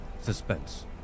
Suspense